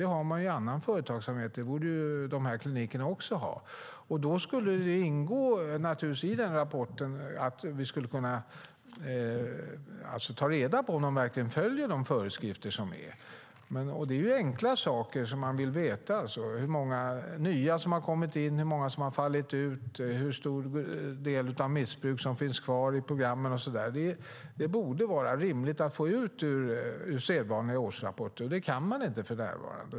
Det sker i annan företagsamhet, och det borde dessa kliniker också göra. Av rapporterna skulle det vara möjligt att ta reda på om klinikerna följer föreskrifterna. Det är fråga om enkla saker, till exempel hur många nya som har tagits in, hur många som har fallit ut och hur stor andel missbrukare som finns kvar i programmen. Det borde rimligen kunna läsas ut av sedvanliga årsrapporter, men det går inte för närvarande.